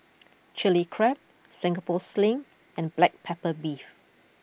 Chilli Crab Singapore Sling and Black Pepper Beef